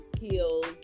heels